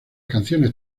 canciones